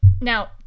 Now